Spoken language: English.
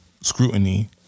scrutiny